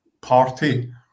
party